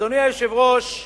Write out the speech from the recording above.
אדוני היושב-ראש,